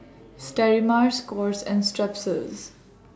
Sterimar Scott's and Strepsils